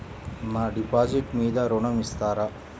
నా డిపాజిట్ మీద ఋణం ఇస్తారా?